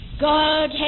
God